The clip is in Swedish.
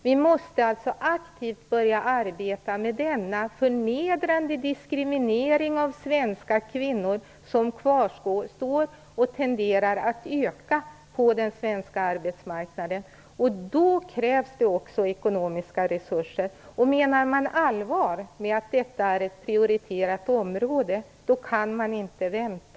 Vi måste alltså aktivt börja att arbeta med denna förnedrande diskriminering av svenska kvinnor som kvarstår och som tenderar att öka på den svenska arbetsmarknaden. Då krävs det också ekonomiska resurser. Menar man allvar med att detta är ett prioriterat område, då kan man inte vänta.